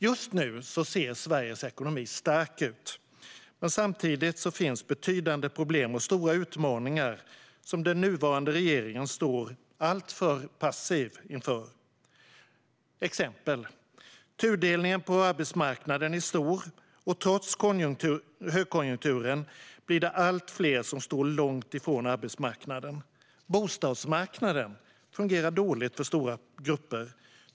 Just nu ser Sveriges ekonomi stark ut, men samtidigt finns betydande problem och stora utmaningar som den nuvarande regeringen står alltför passiv inför. Exempel: Tudelningen på arbetsmarknaden är stor, och trots högkonjunkturen blir det allt fler som står långt ifrån arbetsmarknaden. Bostadsmarknaden fungerar dåligt för stora grupper.